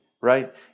right